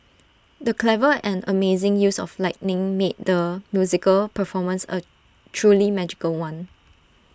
the clever and amazing use of lighting made the musical performance A truly magical one